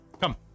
Come